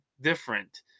different